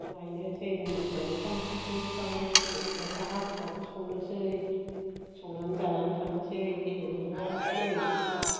नायनोसै ओंखाम ओंख्रिखौ स्रां संखा हाखु दाखु संनोसै संनानै जानानै थांनोसै गेलेनानै आर अखानायै बिदिनो